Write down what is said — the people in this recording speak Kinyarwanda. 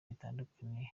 bitandukaniye